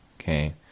okay